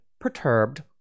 perturbed